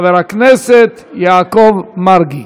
חבר הכנסת יעקב מרגי.